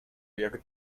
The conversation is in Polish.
jak